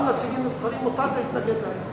גם נציגים נבחרים, מותר להתנגד להם.